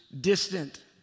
distant